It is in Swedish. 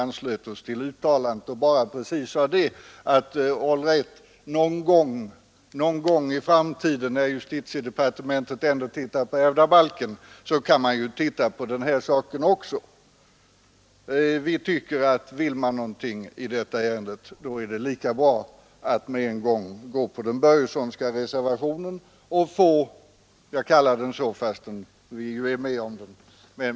Då sade vi bara ungefär så, att när justitiedepartementet någon gång i framtiden ser över ärvdabalken kan man ju också studera denna fråga litet närmare. Nu tycker vi att den som vill göra någonting i denna fråga bör kunna gå på den Börjessonska reservationen. Jag kallar reservationen så fastän vi är flera som är med om den.